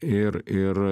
ir ir